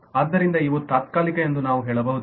ಆದ್ದರಿಂದ ಇವು ತಾತ್ಕಾಲಿಕ ಎಂದು ನಾವು ಹೇಳಬಹುದು